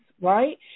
right